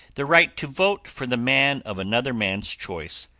the right to vote for the man of another man's choice,